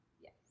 Yes